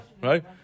Right